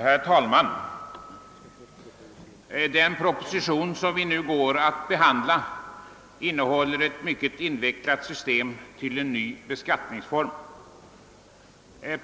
Herr talman! Den proposition som vi nu skall behandla innehåller ett mycket invecklat system för en ny beskattnings: form.